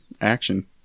action